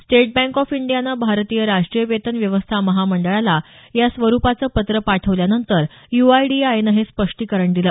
state bank of इंडियानं भारतीय राष्ट्रीय वेतन व्यवस्था महामंडळाला या स्वरुपाचं पत्र पाठवल्यानंतर यु आय डी ए आयनं हे स्पष्टीकरण दिलं